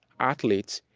athletes,